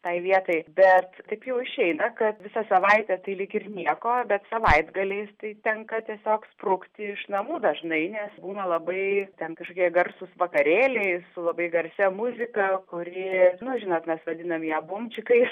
tai vietai bet taip jau išeina kad visą savaitę tai lyg ir nieko bet savaitgaliais tai tenka tiesiog sprukti iš namų dažnai nes būna labai ten kažkokie garsūs vakarėliai su labai garsia muzika kuri nu žinot mes vadinam ją bumčikais